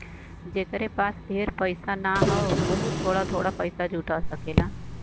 जेकरे पास ढेर पइसा ना हौ वोहू थोड़ा थोड़ा पइसा जुटा सकेला